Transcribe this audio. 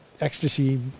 ecstasy